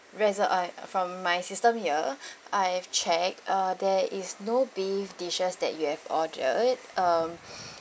reser~ uh from my system here I've checked err there is no beef dishes that you have order um